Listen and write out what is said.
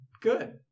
good